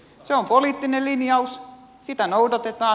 se on poliittinen linjaus sitä noudatetaan